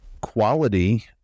quality